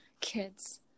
kids